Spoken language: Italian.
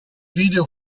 video